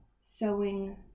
sewing